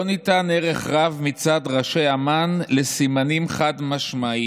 לא ניתן ערך רב מצד ראשי אמ"ן לסימנים חד-משמעיים.